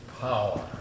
power